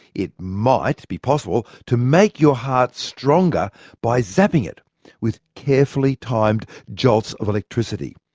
it might be possible to make your heart stronger by zapping it with carefully timed jolts of electricity.